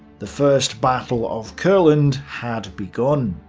the first battle of courland had begun.